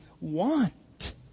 want